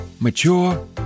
mature